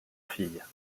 fille